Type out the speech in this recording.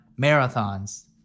marathons